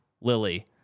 Lily